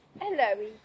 Hello